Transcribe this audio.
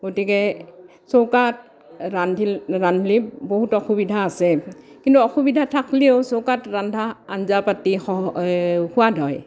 গতিকে চৌকাত ৰান্ধিলে বহুত অসুবিধা আছে কিন্তু অসুবিধা থাকিলেও চৌকাত ৰন্ধা আঞ্জা পাতি সহ এই সোৱাদ হয়